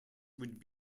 would